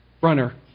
runner